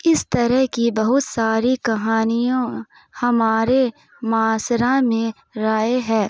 اس طرح کی بہت ساری کہانیوں ہمارے معاشرہ میں رائے ہے